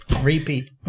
Repeat